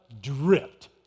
dripped